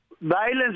Violence